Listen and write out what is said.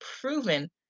proven